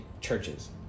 churches